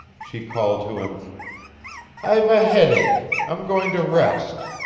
she called to him i've a headache. i'm going to rest.